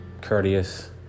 courteous